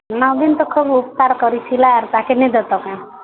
ନବୀନ ତ ଖୁବ୍ ଉପକାର କରି ଥିଲା ଆର୍ ତାଙ୍କେ ନେଇ ଦବା କାଇଁ